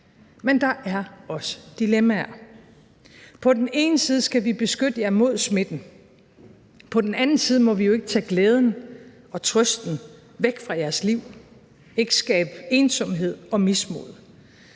Men der er også dilemmaer. På den ene side skal vi beskytte jer mod smitten, men på den anden side må vi ikke tage glæden og trøsten væk fra jeres liv, ikke skabe ensomhed og mismod.